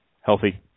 healthy